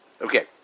Okay